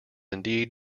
indeed